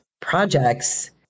projects